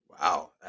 Wow